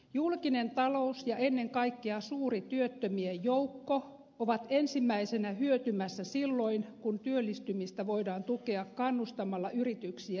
julkinen talous ja ennen kaikkea suuri työttömien joukko ovat ensimmäisenä hyötymässä silloin kun työllistymistä voidaan tukea kannustamalla yrityksiä investointeihin